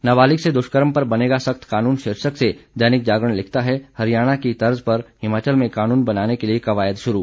नाबालिग से दुष्कर्म पर बनेगा सख्त कानून शीर्षक से दैनिक जागरण लिखता है हरियाणा की तर्ज पर हिमाचल में कानून बनाने के लिए कवायद शुरू